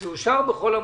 זה אושר בכל המקומות,